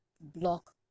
block